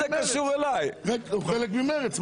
הוא חלק מ-מרצ.